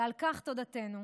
ועל כך תודתנו.